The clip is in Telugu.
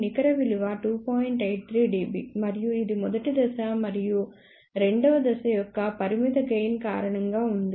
83 dB మరియు ఇది మొదటి దశ మరియు రెండవ దశ యొక్క పరిమిత గెయిన్ కారణంగా ఉంది